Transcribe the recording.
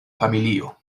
familio